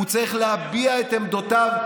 הוא צריך להביע את עמדותיו,